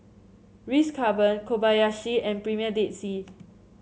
Ritz Carlton Kobayashi and Premier Dead Sea